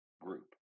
Group